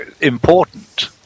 important